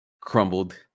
crumbled